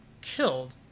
killed